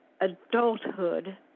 adulthood